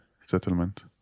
settlement